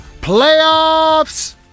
Playoffs